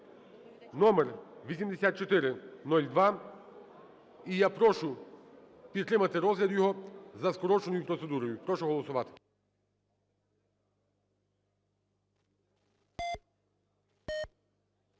(№ 8402). І я прошу підтримати розгляд його за скороченою процедурою. Прошу голосувати.